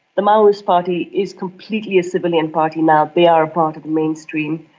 the maoist party is completely a civilian party now they are a part of the mainstream.